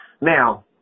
Now